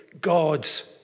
God's